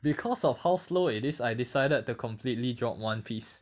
because of how slow it is I decided to completely dropped one piece